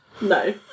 No